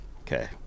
Okay